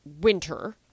winter